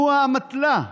הוא האמתלה,